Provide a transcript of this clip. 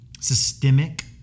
systemic